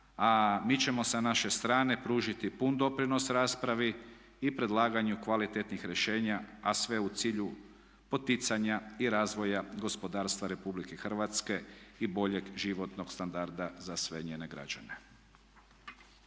a mi ćemo sa naše strane pružiti pun doprinos raspravi i predlaganju kvalitetnih rješenja a sve u cilju poticanja i razvoja gospodarstva Republike Hrvatske i boljeg životnog standarda za sve njene građane.